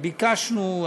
ביקשנו,